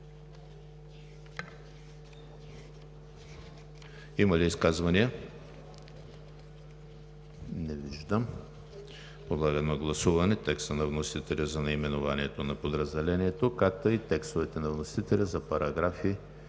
Има ли изказвания? Не виждам. Подлагам на гласуване текста на вносителя за наименованието на подразделението; както и текстовете на вносителя за параграфи